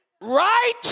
Right